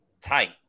tight